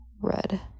red